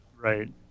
right